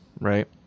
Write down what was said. right